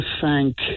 thank